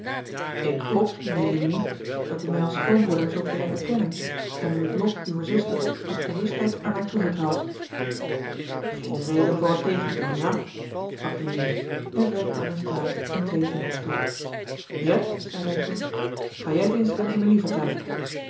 ik hoop mijnheer rimini dat u mij als schoonbroeder zult willen erkennen en u het lot uwer zuster met gerustheid aan mij toevertrouwt geen reden voor het tegendeel ja sprak rimini en reikte anasthase zijn twee vingers toe jet zeide hij toen ga jij t eens aan emilie vertellen